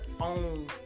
own